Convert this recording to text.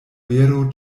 vero